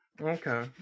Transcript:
Okay